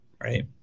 right